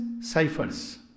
ciphers